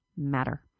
matter